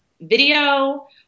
video